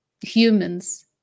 humans